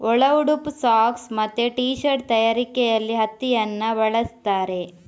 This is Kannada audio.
ಒಳ ಉಡುಪು, ಸಾಕ್ಸ್ ಮತ್ತೆ ಟೀ ಶರ್ಟ್ ತಯಾರಿಕೆಯಲ್ಲಿ ಹತ್ತಿಯನ್ನ ಬಳಸ್ತಾರೆ